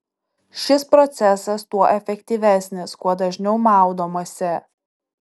šis procesas tuo efektyvesnis kuo dažniau maudomasi